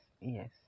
yes